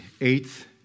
eighth